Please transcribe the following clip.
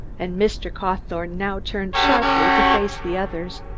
and mr. cawthorne now turned sharply to face the others,